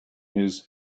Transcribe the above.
his